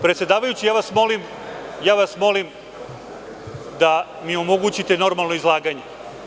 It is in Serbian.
Predsedavajući, ja vas molim da mi omogućite normalno izlaganje.